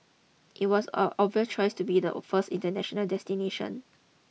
it was a obvious choice to be the first international destination